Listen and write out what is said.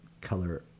color